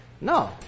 no